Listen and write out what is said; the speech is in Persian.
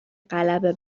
غلبه